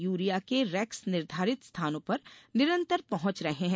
urea के rakes निर्धारित स्थानों पर निरंतर पहुँच रहे हैं